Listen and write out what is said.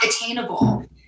attainable